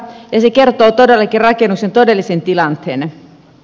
ensi kertaa todella ikävä kinnusen todellisiin tilanteenne